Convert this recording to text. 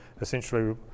essentially